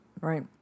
right